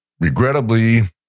Regrettably